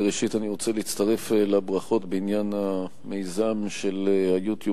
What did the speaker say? ראשית אני רוצה להצטרף לברכות בעניין המיזם של ה-YouTube.